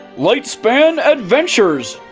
lightspan adventures.